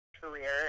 career